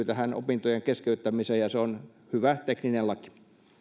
tähän opintojen keskeyttämiseen ja se on hyvä tekninen laki